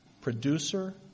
Producer